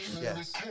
Yes